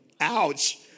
Ouch